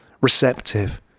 receptive